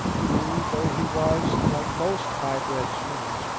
who, though he was, like most high-bred zulus,